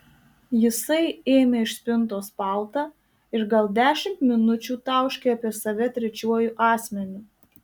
jisai ėmė iš spintos paltą ir gal dešimt minučių tauškė apie save trečiuoju asmeniu